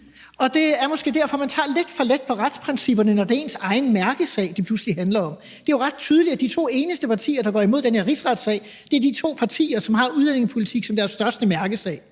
Og det er måske derfor, man tager lidt for let på retsprincipperne, når det er ens egen mærkesag, det pludselig handler om. Det er jo ret tydeligt, at de to eneste partier, der går imod den her rigsretssag, er de to partier, som har udlændingepolitik som deres største mærkesag.